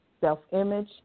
self-image